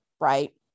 right